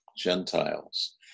Gentiles